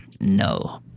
No